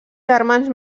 germans